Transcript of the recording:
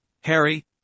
Harry